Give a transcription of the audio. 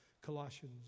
Colossians